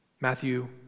Matthew